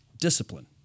discipline